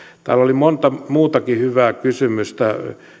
täällä oli monta muutakin hyvää kysymystä